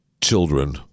children